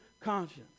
conscience